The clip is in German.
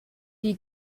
die